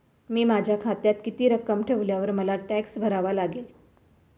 मी माझ्या खात्यात किती रक्कम ठेवल्यावर मला टॅक्स भरावा लागेल?